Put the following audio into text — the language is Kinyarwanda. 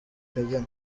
kageni